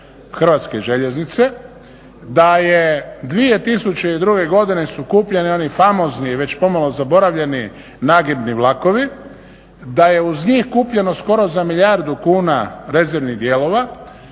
Hrvatske željeznice, da je 2002. godine su kupljeni oni famozni i već pomalo zaboravljeni nagibni vlakovi, da je uz njih kupljeno skoro za milijardu kuna rezervnih dijelova,